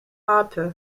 harper